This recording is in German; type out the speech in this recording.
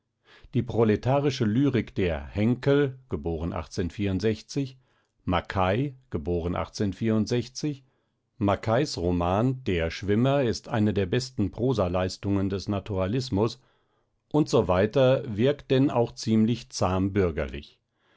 die proletarische lyrik der henkels roman der schwimmer ist eine der besten prosaleistungen des naturalismus usw wirkt denn auch ziemlich zahm bürgerlich